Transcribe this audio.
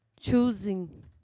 choosing